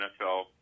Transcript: NFL